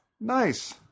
nice